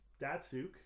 Datsuk